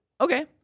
Okay